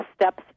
steps